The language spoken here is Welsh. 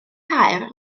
caer